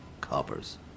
coppers